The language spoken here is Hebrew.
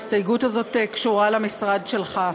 ההסתייגות הזאת קשורה למשרד שלך.